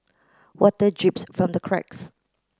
water drips from the cracks